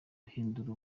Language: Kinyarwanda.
ahindura